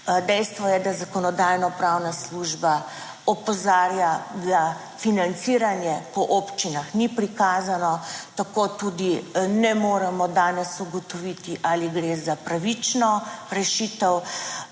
Dejstvo je, da Zakonodajno-pravna služba opozarja, da financiranje po občinah ni prikazano. Tako tudi ne moremo danes ugotoviti, ali gre za pravično rešitev